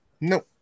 No